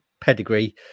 pedigree